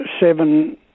seven